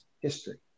history